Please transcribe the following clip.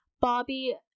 Bobby